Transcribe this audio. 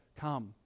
come